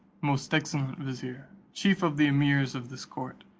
most excellent vizier, chief of the emirs of this court,